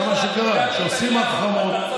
בגלל שאתם החרמתם את בנימין נתניהו.